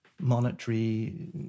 monetary